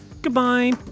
Goodbye